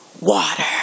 Water